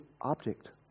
object